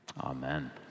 Amen